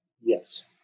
Yes